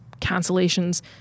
cancellations